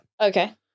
Okay